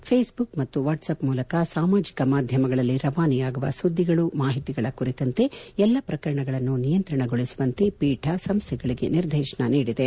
Facebook ಮತ್ತು WhatsApp ಮೂಲಕ ಸಾಮಾಜಿಕ ಮಾಧ್ಯಮಗಳಲ್ಲಿ ರವಾನೆಯಾಗುವ ಸುದ್ಗಿಗಳು ಮಾಹಿತಿಗಳ ಕುರಿತಂತೆ ಎಲ್ಲಾ ಪ್ರಕರಣಗಳನ್ನೂ ನಿಯಂತ್ರಣಗೊಳಿಸುವಂತೆ ಪೀಠ ಸಂಸ್ವೆಗಳಿಗೆ ನಿರ್ದೇಶನ ನೀಡಿದೆ